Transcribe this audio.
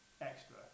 extra